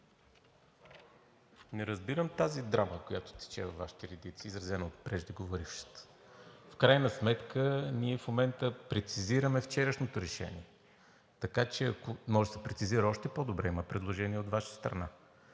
Не разбирам драмата, която тече във Вашите редици, изразена от преждеговорившите. В крайна сметка ние в момента прецизираме вчерашното решение. Може да се прецизира и още по-добре. Има предложения и от Ваша страна,